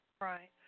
Right